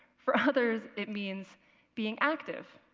for others it means being active,